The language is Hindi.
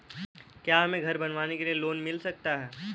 क्या हमें घर बनवाने के लिए लोन मिल सकता है?